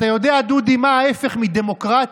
אתה יודע, דודי, מה ההפך מדמוקרט?